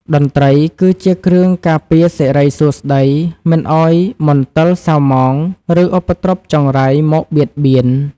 តន្ត្រីគឺជាគ្រឿងការពារសិរីសួស្ដី មិនឱ្យមន្ទិលសៅហ្មង ឬឧបទ្រពចង្រៃមកបៀតបៀន។